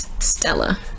Stella